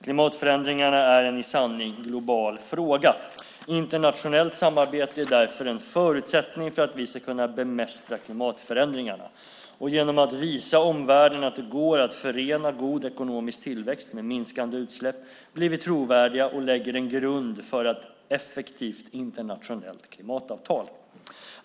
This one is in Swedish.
Klimatförändringarna är en i sanning global fråga. Internationellt samarbete är därför en förutsättning för att vi ska kunna bemästra klimatförändringarna. Genom att visa omvärlden att det går att förena god ekonomisk tillväxt med minskande utsläpp blir vi trovärdiga och lägger en grund för ett effektivt internationellt klimatavtal.